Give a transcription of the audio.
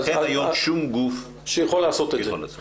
אין היום שום גוף שיכול לעשות את זה.